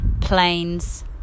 planes